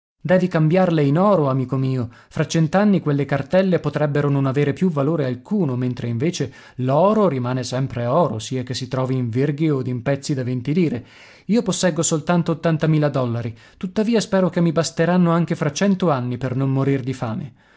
devi cambiarle in oro amico mio fra cent'anni quelle cartelle potrebbero non avere più valore alcuno mentre invece l'oro rimane sempre oro sia che si trovi in verghe od in pezzi da venti lire io posseggo soltanto ottantamila dollari tuttavia spero che mi basteranno anche fra cento anni per non morir di fame